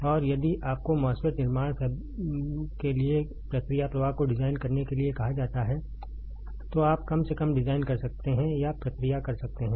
और यदि आपको MOSFET निर्माण के लिए प्रक्रिया प्रवाह को डिजाइन करने के लिए कहा जाता है तो आप कम से कम डिजाइन तैयार कर सकते हैं या प्रक्रिया कर सकते हैं